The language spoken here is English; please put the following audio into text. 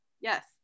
Yes